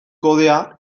kodea